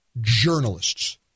journalists